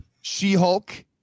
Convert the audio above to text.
She-Hulk